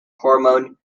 hormone